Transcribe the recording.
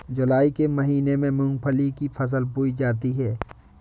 जूलाई के महीने में मूंगफली की फसल बोई जाती है